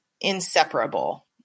inseparable